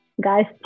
guys